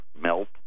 melt